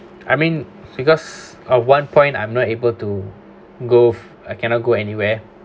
I mean because on one point I'm not able to go I cannot go anywhere